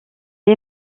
est